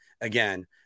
again